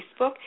Facebook